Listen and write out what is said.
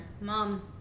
Mom